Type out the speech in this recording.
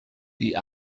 die